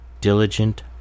Diligent